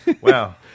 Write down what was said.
wow